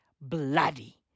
bloody